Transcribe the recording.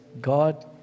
God